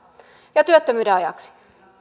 ja työttömyyden ajaksi